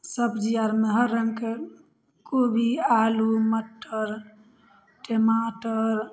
सब्जी आरमे हर रङ्गके कोबी आलू मट्टर टमाटर